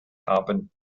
haben